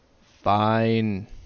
Fine